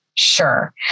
Sure